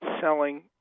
selling